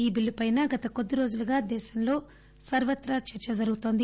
ఈ బిల్లుపైన గత కొద్దీ రోజులుగా దేశంలో సర్వత్రా చర్చ జ రుగుతోంది